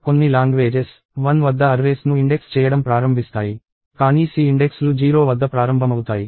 కొన్ని లాంగ్వేజెస్ 1 వద్ద అర్రేస్ ను ఇండెక్స్ చేయడం ప్రారంభిస్తాయి కానీ C ఇండెక్స్ లు 0 వద్ద ప్రారంభమవుతాయి